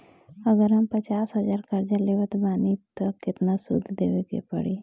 अगर हम पचास हज़ार कर्जा लेवत बानी त केतना सूद देवे के पड़ी?